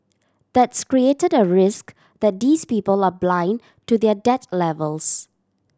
that's created a risk that these people are blind to their debt levels